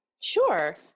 Sure